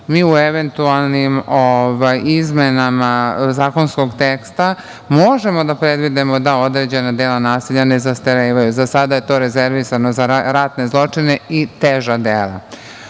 Mi u eventualnim izmenama zakonskog teksta možemo da predvidimo da određeni dela nasilja ne zastarevaju. Za sada je to rezervisano za ratne zločine i teža dela